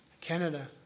Canada